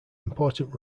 important